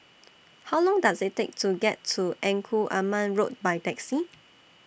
How Long Does IT Take to get to Engku Aman Road By Taxi